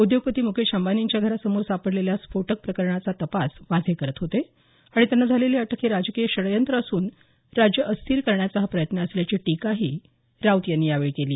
उद्योगपती मुकेश अंबानींच्या घराबाहेर सापडलेल्या स्फोटक प्रकरणाचा तपास वाझे करत होते आणि त्यांना झालेली अटक हे राजकीय षडयंत्र असून राज्य अस्थिर करण्याचा हा प्रयत्न असल्याची टीकाही राऊत यांनी यावेळी केली